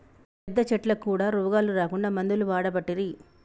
పెద్ద చెట్లకు కూడా రోగాలు రాకుండా మందులు వాడబట్టిరి